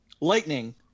lightning